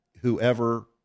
whoever